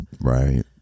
Right